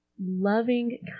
loving